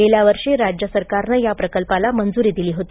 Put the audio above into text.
गेल्या वर्षी राज्य सरकारनं या प्रकल्पाला मंजुरी दिली होती